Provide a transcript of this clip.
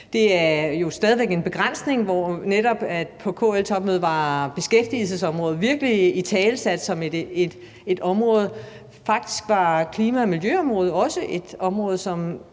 Der er jo stadig væk en begrænsning, og netop på KL-topmødet var beskæftigelsesområdet virkelig italesat som et muligt område. Faktisk var klima- og miljøområdet også et område,